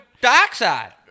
dioxide